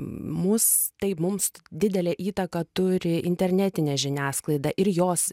mus tai mums didelę įtaką turi internetinė žiniasklaida ir jos